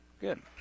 Good